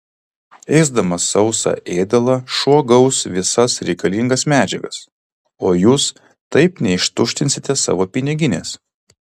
ėsdamas sausą ėdalą šuo gaus visas reikalingas medžiagas o jūs taip neištuštinsite savo piniginės